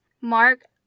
Mark